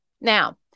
Now